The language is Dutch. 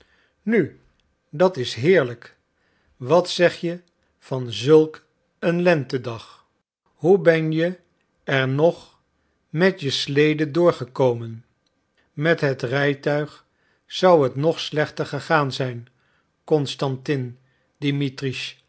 nu dat is heerlijk wat zeg je van zulk een lentedag hoe ben je er nog met je slede doorgekomen met het rijtuig zou het nog slechter gegaan zijn constantin